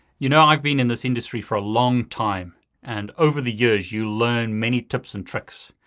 you know, i've been in this industry for a long time and over the years you learn many tips and tricks.